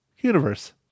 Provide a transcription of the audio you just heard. Universe